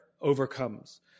overcomes